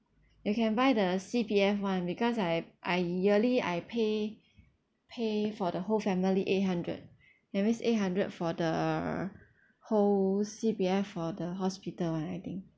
you can buy the C_P_F [one] because I I yearly I pay pay for the whole family eight hundred that means eight hundred for the err whole C_P_F for the hospital [one] I think